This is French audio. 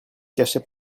cachets